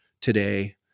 today